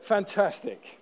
Fantastic